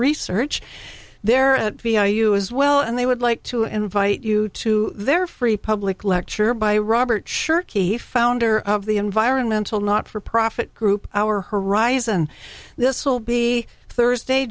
research there at vi you as well and they would like to invite you to their free public lecture by robert shirky founder of the environmental not for profit group our horizon this will be thursday